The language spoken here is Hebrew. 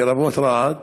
לרבות רהט,